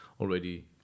already